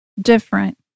different